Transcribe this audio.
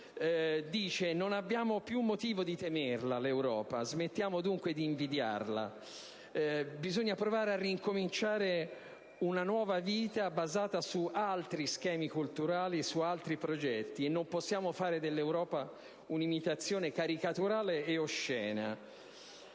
Dice: non abbiamo più motivo di temere l'Europa; smettiamo dunque di invidiarla. Bisogna provare a ricominciare una nuova vita basata su altri schemi culturali e su altri progetti. Non possiamo fare dell'Europa un'imitazione caricaturale e oscena.